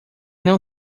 não